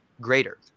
greater